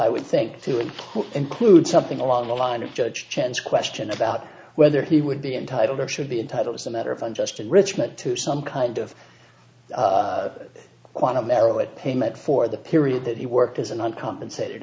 i would think to would include something along the line of judge chance question about whether he would be entitled or should be entitled is a matter of unjust enrichment to some kind of quantum era what payment for the period that he worked as an uncompensated